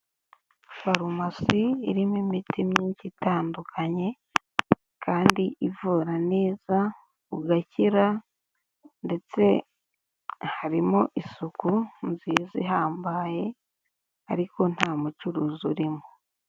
Farumasi irimo imiti myinshi itandukanye kandi ivura neza ugakira ndetse harimo isuku nziza ihambaye ariko nta mucuruzi urimo.